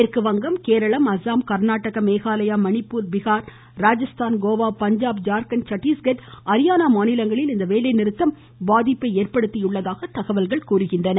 மேற்கு வங்கம் கேரளம் அசாம் கர்நாடகம் மேகலாயா மணிப்பூர் பீகார் ராஜஸ்தான் கோவா பஞ்சாப் ஜார்க்கண்ட் சத்தீஸ்கட் அரியானா மாநிலங்களில் இந்த வேலைநிறுத்தம் பாதிப்பை ஏற்படுத்தியுள்ளதாக தகவல்கள் தெரிவிக்கின்றன